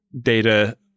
data